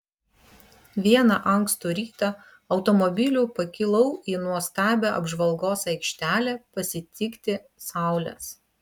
vieną ankstų rytą automobiliu pakilau į nuostabią apžvalgos aikštelę pasitikti saulės